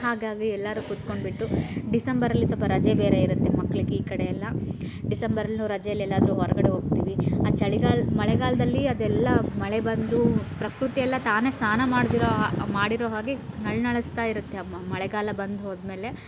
ಹಾಗಾಗಿ ಎಲ್ಲರು ಕುತ್ಕೊಂಡುಬಿಟ್ಟು ಡಿಸೆಂಬರಲ್ಲಿ ಸ್ವಲ್ಪ ರಜೆ ಬೇರೆ ಇರುತ್ತೆ ಮಕ್ಕಳಿಗೆ ಈ ಕಡೆಯೆಲ್ಲ ಡಿಸೆಂಬರಲ್ಲೀನೂ ರಜೆಯಲ್ ಎಲ್ಲಾದರೂ ಹೊರಗಡೆ ಹೋಗ್ತೀವಿ ಆ ಚಳಿಗಾಲ ಮಳೆಗಾಲದಲ್ಲಿ ಅದೆಲ್ಲ ಮಳೆ ಬಂದು ಪ್ರಕೃತಿಯೆಲ್ಲ ತಾನೇ ಸ್ನಾನ ಮಾಡದಿರೋ ಮಾಡಿರೋ ಹಾಗೆ ನಳ್ನಳಿಸ್ತಾ ಇರುತ್ತೆ ಮಳೆಗಾಲ ಬಂದು ಹೋದಮೇಲೆ